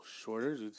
shorter